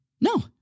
No